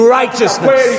righteousness